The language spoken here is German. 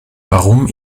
warum